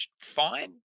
fine